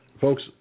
Folks